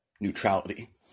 neutrality